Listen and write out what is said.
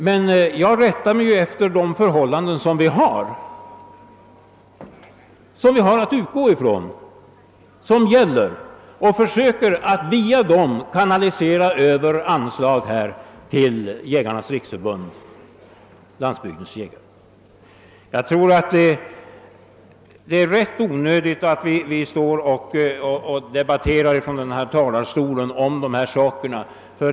Men jag rättar mig efter de förhållanden vi har att utgå från och försöker på den vägen kanalisera över anslag till Jägarnas riksförbund—Landsbygdens jägare. Jag tror att det är rätt onödigt att vi från denna talarstol debatterar dessa saker.